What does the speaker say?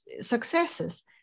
successes